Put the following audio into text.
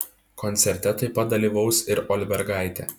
koncerte taip pat dalyvaus ir olbergaitė